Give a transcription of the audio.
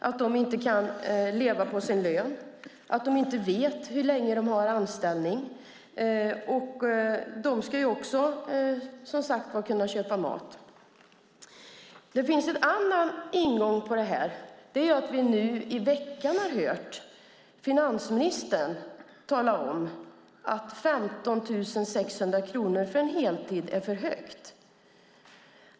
De kan inte leva på sin lön. De vet inte hur länge de har anställning. De ska som sagt också kunna köpa mat. Det finns en annan ingång i detta. Vi har nu i veckan hört finansministern tala om att 15 600 kronor för en heltid är för högt.